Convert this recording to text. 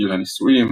גיל הנישואים,